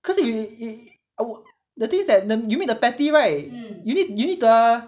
cause y~ you you ah 我 the thing is that the you mean the patty right you need you need the